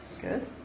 Good